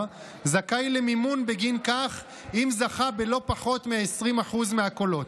זכאי למימון בגין כך אם זכה בלא פחות מ-20% מהקולות.